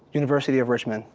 university of richmond.